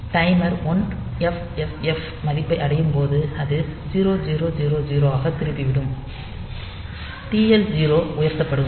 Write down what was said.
timer 1FFFH மதிப்பை அடையும் போது அது 0000 ஆக திரும்பி விடும் TF 0 உயர்த்தப்படும்